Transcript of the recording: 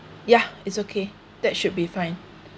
yeah it's okay that should be fine